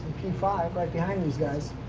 p five right behind these guys.